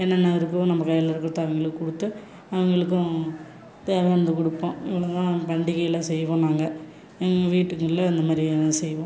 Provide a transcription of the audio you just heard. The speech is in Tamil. என்னென்ன இருக்கோ நம்ம கையில் இருக்கிறத அவங்களுக்குக் கொடுத்து அவங்களுக்கும் தேவையானதை கொடுப்போம் இவ்வளோதான் பண்டிகையில் செய்வோம் நாங்கள் எங்கள் வீட்டுங்களில் இந்தமாதிரி செய்வோம்